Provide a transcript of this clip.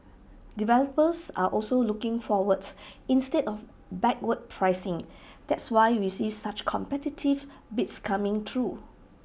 developers are also looking forwards instead of backward pricing that's why we see such competitive bids coming through